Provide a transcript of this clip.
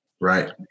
Right